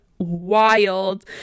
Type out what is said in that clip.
wild